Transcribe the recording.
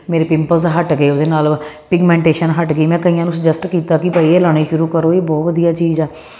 ਮੇਰੇ ਪਿੰਪਲਸ ਹੱਟ ਗਏ ਉਹਦੇ ਨਾਲ ਪਿਗਮੈਂਟੇਸ਼ਨ ਹੱਟ ਗਈ ਮੈਂ ਕਈਆਂ ਨੂੰ ਸੂਜੈਸਟ ਕੀਤਾ ਕੀ ਇਹ ਲਾਣੀ ਸ਼ੁਰੂ ਕਰੋ ਇਹ ਬਹੁਤ ਵਧੀਆ ਚੀਜ਼ ਆ